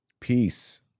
peace